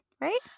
right